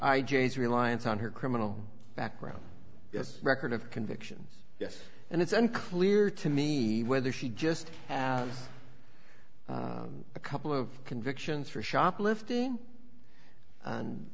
j's reliance on her criminal background yes record of convictions yes and it's unclear to me whether she just have a couple of convictions for shoplifting